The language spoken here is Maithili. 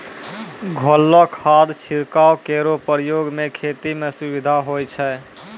घोललो खाद छिड़काव केरो प्रयोग सें खेती म सुविधा होय छै